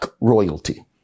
royalty